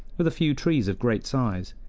with a few trees of great size.